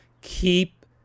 keep